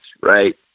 right